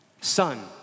son